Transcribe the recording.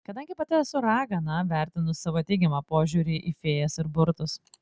kadangi pati esu ragana vertinu tavo teigiamą požiūrį į fėjas ir burtus